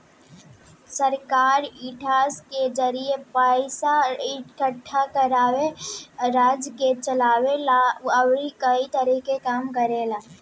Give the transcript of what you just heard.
सरकार टैक्स के जरिए पइसा इकट्ठा करके राज्य के चलावे ला अउरी कई तरीका के काम करेला